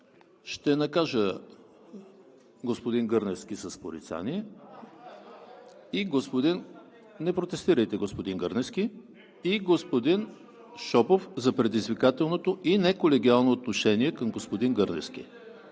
господин Гърневски. …и господин Шопов за предизвикателното и неколегиално отношение към господин Гърневски.